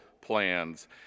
plans